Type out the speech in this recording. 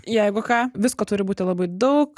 jeigu ką visko turi būti labai daug